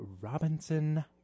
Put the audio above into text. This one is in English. Robinson